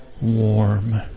warm